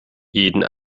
jeden